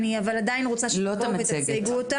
אני עדיין רוצה שתבואו ותציגו אותו.